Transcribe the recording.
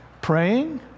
Praying